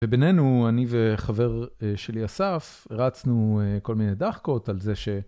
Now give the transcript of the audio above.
ובינינו, אני וחבר שלי אסף, הרצנו כל מיני דחקות על זה ש...